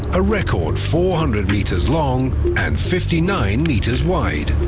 a record four hundred meters long and fifty nine meters wide.